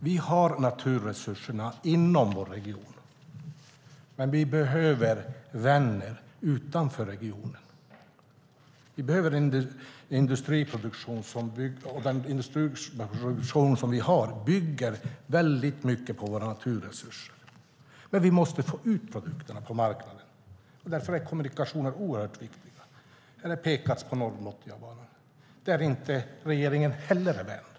Vi har naturresurserna inom vår region, men vi behöver vänner utanför regionen. Vi behöver industriproduktion, och den industriproduktion som vi har bygger väldigt mycket på våra naturresurser. Men vi måste få ut produkterna på marknaden. Därför är kommunikationerna oerhört viktiga. Det har pekats på Norrbotniabanan. Den är regeringen inte heller en vän av.